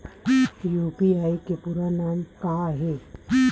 UPI के पूरा नाम का ये?